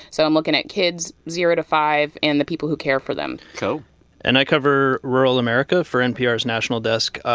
so i'm looking at kids zero to five and the people who care for them cool and i cover rural america for npr's national desk,